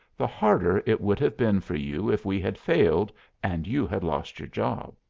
the harder it would have been for you if we had failed and you had lost your job.